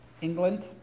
England